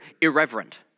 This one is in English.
irreverent